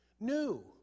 new